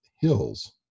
hills